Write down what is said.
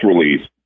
release